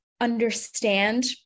understand